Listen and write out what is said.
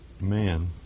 man